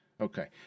Okay